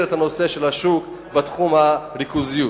את הנושא של השוק בתחום הריכוזיות,